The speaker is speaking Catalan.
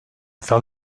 tal